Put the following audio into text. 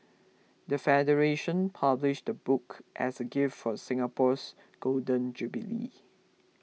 the federation published the book as a gift for Singapore's Golden Jubilee